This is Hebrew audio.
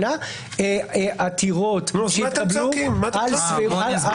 עתירות בשנה שהתקבלו על סבירות.